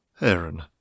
Aaron